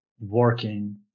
working